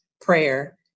prayer